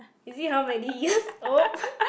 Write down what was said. is it how many years oh